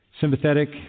sympathetic